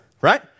right